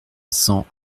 cent